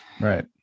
Right